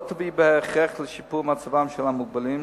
לא תביא בהכרח לשיפור מצבם של המוגבלים,